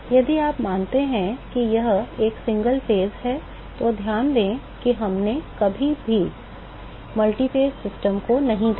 यदि आप मानते हैं कि यह एक एकल चरण है तो ध्यान दें कि हमने कभी भी मल्टीफ़ेज़ सिस्टम को नहीं देखा